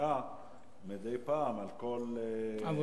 למליאה מדי פעם על כל הנתונים.